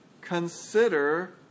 consider